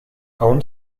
aún